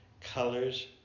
colors